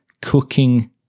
cooking